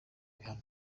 bihano